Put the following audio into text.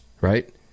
Right